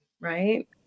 right